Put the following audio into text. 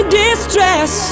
distress